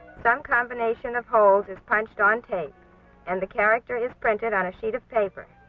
some combination of holes is punched on tape and the character is printed on a sheet of paper.